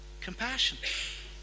Compassion